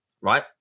right